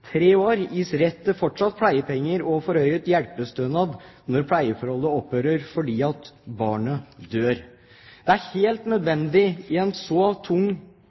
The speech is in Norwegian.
tre år, gis det rett til fortsatte pleiepenger og forhøyet hjelpestønad når pleieforholdet opphører fordi barnet dør. Det er helt nødvendig i en så tung